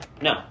No